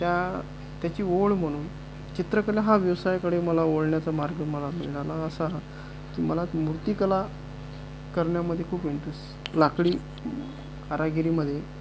त्या त्याची ओढ म्हणून चित्रकला हा व्यवसायाकडे मला वळण्याचा मार्ग मला मिळाला असा की मला मूर्तिकला करण्यामधे खूप इंट्रेस्ट लाकडी कारागिरीमध्ये